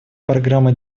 программа